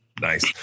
Nice